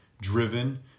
driven